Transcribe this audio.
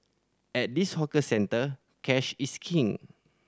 at this hawker centre cash is king